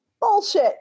bullshit